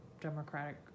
Democratic